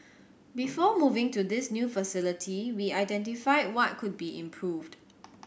before moving to this new facility we identified what could be improved